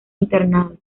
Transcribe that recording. internados